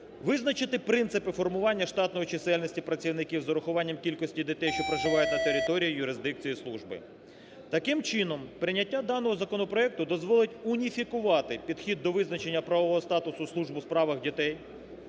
Визначити принципи формування штатної чисельності працівників з врахуванням кількості дітей, що проживають на території юрисдикції служби. Таким чином прийняття даного законопроекту дозволить уніфікувати підхід до визначення правового статусу служб у справах дітей,